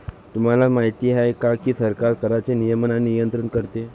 तुम्हाला माहिती आहे का की सरकार कराचे नियमन आणि नियंत्रण करते